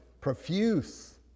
profuse